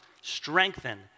strengthen